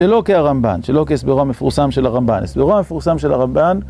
שלא כהרמב"ן, שלא כהסברו המפורסם של הרמב"ן, הסברו המפורסם של הרמב"ן